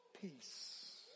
Peace